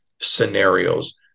scenarios